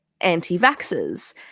anti-vaxxers